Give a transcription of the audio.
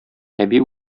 әби